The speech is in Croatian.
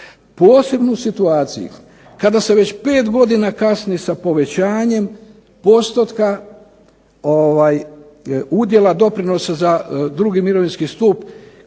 posebno u situaciji kada se već 5 godina kasni sa povećanjem postotka udjela doprinosa za drugi mirovinski stup